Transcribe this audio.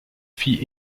fille